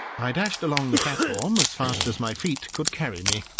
i dashed along the platform as fast as my feet could carry me.